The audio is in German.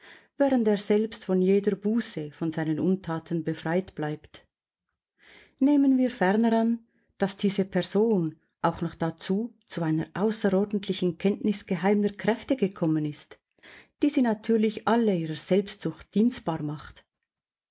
während er selbst von jeder buße von seinen untaten befreit bleibt nehmen wir ferner an daß diese person auch noch dazu zu einer außerordentlichen kenntnis geheimer kräfte gekommen ist die sie natürlich alle ihrer selbstsucht dienstbar macht